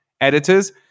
editors